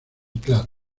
claros